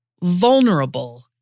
vulnerable